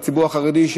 לציבור החרדי,